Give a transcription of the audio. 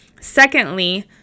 secondly